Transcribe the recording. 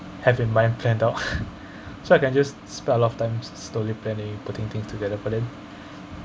have in mind planned out so I can just spend a lot of times slowly planning putting things together but then